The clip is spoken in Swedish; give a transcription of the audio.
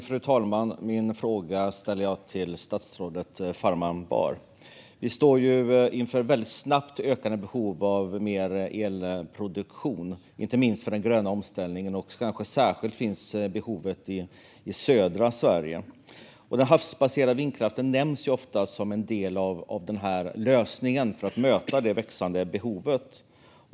Fru talman! Jag ställer min fråga till statsrådet Farmanbar. Vi står inför ett väldigt snabbt ökande behov av mer elproduktion, inte minst på grund av den gröna omställningen, och kanske finns behovet särskilt i södra Sverige. Den havsbaserade vindkraften nämns ofta som en del av lösningen för att möta det växande behovet.